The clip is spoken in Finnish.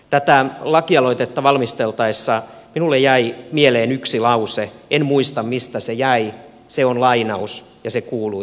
tätä lakialoitetta valmisteltaessa minulle jäi mieleen yksi lause en muista mistä se jäi se on lainaus ja se kuului